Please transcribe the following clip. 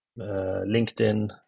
LinkedIn